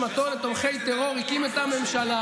מי שמכר את נשמתו לתומכי טרור הקים את הממשלה,